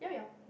llao-llao